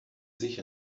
sich